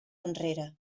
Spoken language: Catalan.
enrere